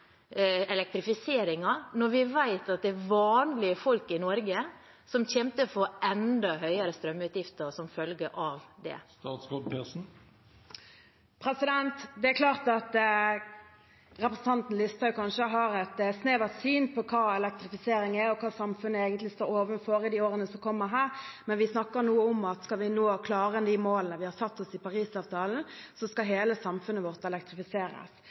når vi vet at det er vanlige folk i Norge som kommer til å få enda høyere strømutgifter som følge av det? Det er klart at representanten Listhaug kanskje har et snevert syn på hva elektrifisering er, og hva samfunnet egentlig står overfor i årene som kommer, men det vi snakker om, er at skal vi klare å nå målene vi har satt oss i Parisavtalen, skal hele samfunnet vårt elektrifiseres.